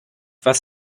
was